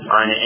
on